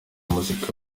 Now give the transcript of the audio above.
muziki